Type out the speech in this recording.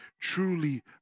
truly